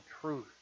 truth